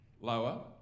Lower